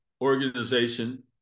organization